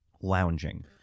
lounging